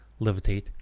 levitate